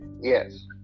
Yes